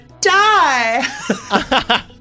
die